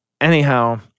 Anyhow